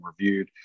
reviewed